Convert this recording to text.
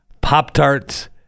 Pop-Tarts